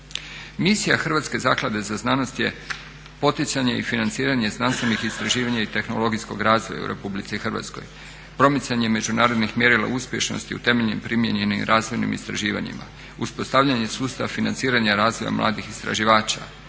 Misija Hrvatske zaklade za znanost je poticanje i financiranje znanstvenih istraživanja i tehnologijskog razvoja u RH, promicanje međunarodnih mjerila uspješnosti u temeljnim primijenjenim razvojnim istraživanjima, uspostavljanje sustava financiranja razvoja mladih istraživača,